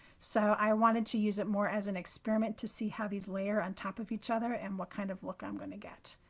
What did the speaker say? so i wanted to use it more as an experiment to see how these layer on top of each other and what kind of look i'm going to get.